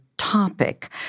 topic